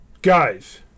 Guys